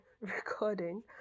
recording